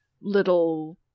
little